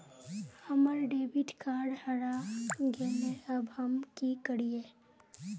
हमर debit card हरा गेले अब हम की करिये?